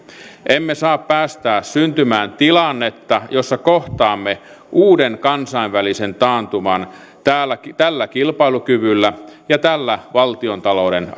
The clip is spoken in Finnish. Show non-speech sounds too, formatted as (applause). emme saa päästää syntymään tilannetta jossa kohtaamme uuden kansainvälisen taantuman tällä kilpailukyvyllä ja tällä valtiontalouden (unintelligible)